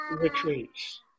retreats